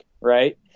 Right